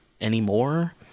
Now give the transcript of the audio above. anymore